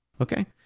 okay